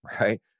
right